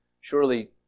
Surely